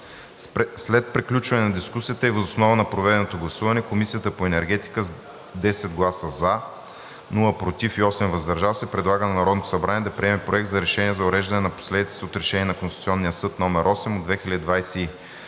След приключване на дискусията и въз основа на проведеното гласуване Комисията по енергетика с 10 гласа „за“, без „против“ и 8 „въздържал се“ предлага на Народното събрание да приеме Проект на решение за уреждане на последиците от Решение на Конституционния съд № 8 от 2022